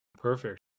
perfect